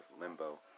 Limbo